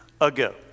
ago